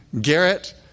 Garrett